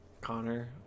connor